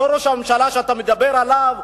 אותו ראש הממשלה שאתה מדבר עליו,